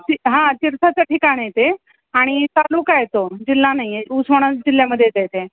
चि हा तिर्थाचं ठिकाण आहे येते आणि तालुका आहे तो जिल्हा नाही आहे उस्माना जिल्ह्यामध्ये येत आहे ते